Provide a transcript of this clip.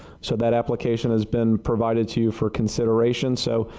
so that application has been provided to for consideration. so,